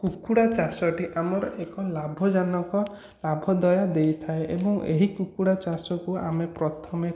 କୁକୁଡ଼ା ଚାଷଟି ଆମର ଏକ ଲାଭଜାନକ ଲାଭଦୟ ଦେଇଥାଏ ଏବଂ ଏହି କୁକୁଡ଼ା ଚାଷକୁ ଆମେ ପ୍ରଥମେ